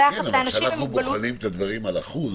כשאנחנו בוחנים את הדברים על אחוז,